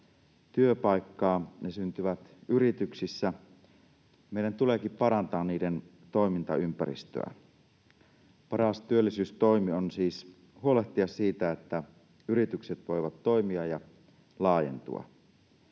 työpaikkaa, ne syntyvät yrityksissä. Meidän tuleekin parantaa niiden toimintaympäristöä. Paras työllisyystoimi on siis huolehtia siitä, että yritykset voivat toimia ja laajentua.